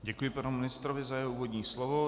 Děkuji panu ministrovi za jeho úvodní slovo.